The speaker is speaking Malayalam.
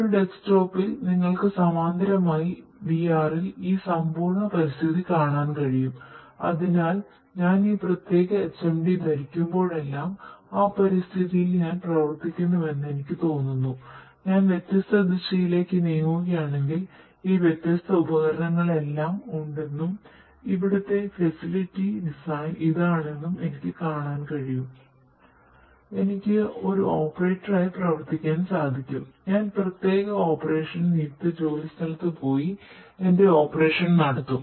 ഒരു ഡെസ്ക്ടോപ്പിൽ ഇതാണ് എന്നും എനിക്ക് കാണാൻ കഴിയും എനിക്ക് ഒരു ഓപ്പറേറ്റർ നടത്തും